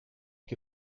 que